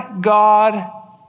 God